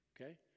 Okay